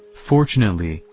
fortunately,